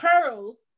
Pearls